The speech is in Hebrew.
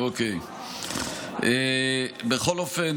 בכל אופן,